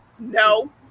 No